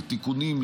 לתיקונים,